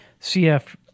CF